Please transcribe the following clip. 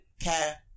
care